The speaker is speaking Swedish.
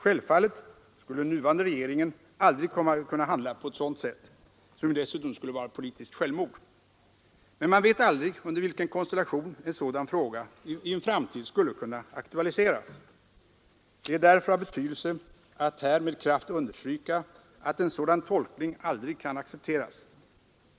Självfallet skulle den nuvarande regeringen aldrig kunna handla på ett sådant sätt — som ju dessutom skulle vara politiskt självmord — men man vet aldrig under vilken konstellation en sådan fråga i en framtid skulle kunna aktualiseras. Det är därför av betydelse att här med kraft understryka att en sådan tolkning aldrig kan accepteras.